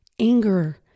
anger